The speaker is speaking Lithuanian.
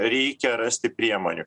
reikia rasti priemonių